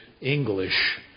English